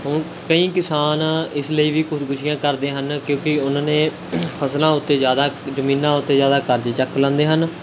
ਹੁਣ ਕਈ ਕਿਸਾਨ ਇਸ ਲਈ ਵੀ ਖੁਦਕੁਸ਼ੀਆਂ ਕਰਦੇ ਹਨ ਕਿਉਂਕਿ ਉਨ੍ਹਾਂ ਨੇ ਫਸਲਾਂ ਉੱਤੇ ਜ਼ਿਆਦਾ ਜ਼ਮੀਨਾਂ ਉੱਤੇ ਜ਼ਿਆਦਾ ਕਰਜ਼ੇ ਚੱਕ ਲੈਂਦੇ ਹਨ